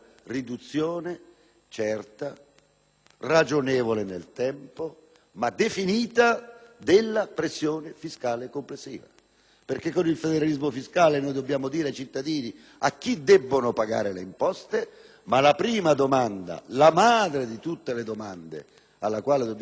ragionevole nel tempo ma definita della pressione fiscale complessiva. Con il federalismo fiscale noi dobbiamo dire ai cittadini a chi debbono pagare le imposte, ma la madre di tutte le domande alla quale dobbiamo rispondere nei confronti dei cittadini è